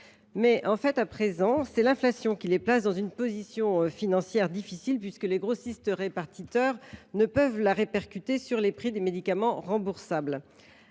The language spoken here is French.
la boîte. À présent, c’est l’inflation qui les place dans une position financière difficile puisque les grossistes répartiteurs ne peuvent la répercuter sur les prix des médicaments remboursables.